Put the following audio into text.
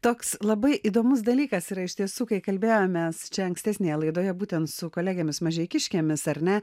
toks labai įdomus dalykas yra iš tiesų kai kalbėjome mes čia ankstesnėje laidoje būtent su kolegėmis mažeikiškėmis ar ne